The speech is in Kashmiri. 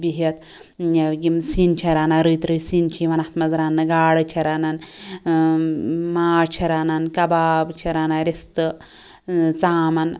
بِہِتھ ٲں یم سِنۍ چھِ رنان رٕتۍ رٕتۍ سِنۍ چھِ یوان اتھ مَنٛز رَننہٕ گاڑٕ چھِ رنان ٲں ماز چھِ رنان کباب چھِ رنان رِستہٕ ٲں ژامَن